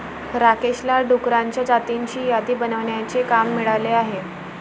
राकेशला डुकरांच्या जातींची यादी बनवण्याचे काम मिळाले आहे